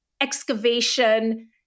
excavation